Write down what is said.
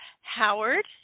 Howard